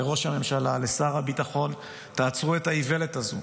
לראש הממשלה, לשר הביטחון: עצרו את האיוולת הזאת.